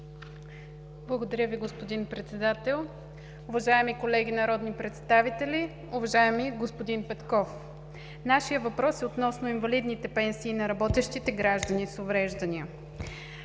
Благодаря Ви, господин Председател. Уважаеми колеги народни представители! Уважаеми господин Петков, нашият въпрос е относно инвалидните пенсии на работещите граждани с увреждания.